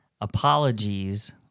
apologies